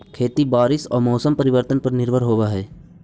खेती बारिश आऊ मौसम परिवर्तन पर निर्भर होव हई